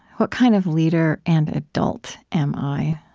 what kind of leader and adult am i?